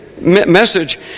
message